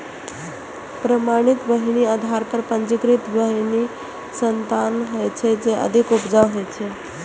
प्रमाणित बीहनि आधार आ पंजीकृत बीहनिक संतान होइ छै, जे अधिक उपजाऊ होइ छै